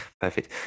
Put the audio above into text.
Perfect